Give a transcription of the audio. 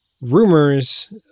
rumors